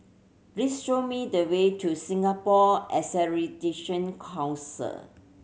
please show me the way to Singapore Accredition Council